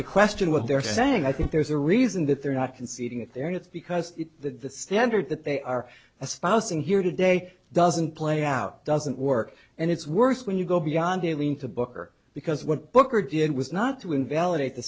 to question what they're saying i think there's a reason that they're not conceding that they're nuts because that the standard that they are a spouse in here today doesn't play out doesn't work and it's worse when you go beyond dealing to booker because what booker did was not to invalidate the